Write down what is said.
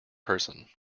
person